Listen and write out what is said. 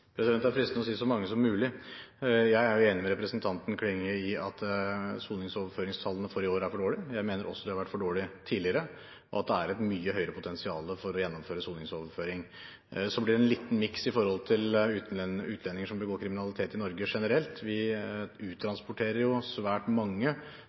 Det er fristende å si: så mange som mulig. Jeg er enig med representanten Klinge i at soningsoverføringstallene for i år er for dårlige. Jeg mener også at de har vært for dårlige tidligere, og at det er et mye høyere potensial for å gjennomføre soningsoverføring. Så ble det en liten miks med hensyn til utlendinger som begår kriminalitet i Norge generelt. Vi